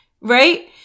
right